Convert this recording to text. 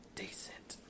decent